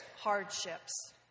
hardships